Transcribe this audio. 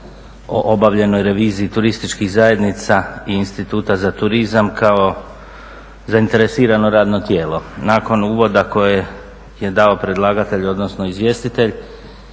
o obavljenoj reviziji turističkih zajednica i Instituta za turizam kao zainteresirano radno tijelo. Nakon uvoda koji je dao predlagatelj, odnosno izvjestitelj